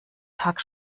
tag